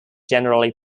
generally